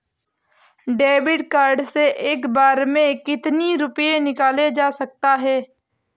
David card से एक बार में कितनी रूपए निकाले जा सकता है?